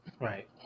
Right